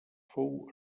fou